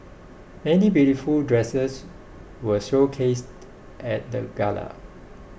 many beautiful dresses were showcased at the gala